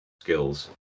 skills